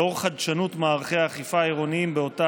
לאור חדשנות מערכי האכיפה העירוניים באותה